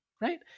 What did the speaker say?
Right